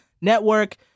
Network